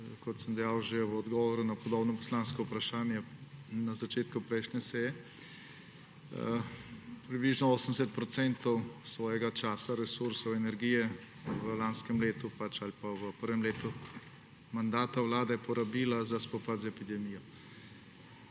kot sem dejal že v odgovoru na podobno poslansko vprašanje na začetku prejšnje seje, približno 80 % svojega časa, resursov, energije v lanskem letu ali pa v prvem letu mandata vlade porabila za spopad z epidemijo.